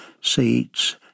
seats